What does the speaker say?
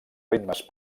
ritmes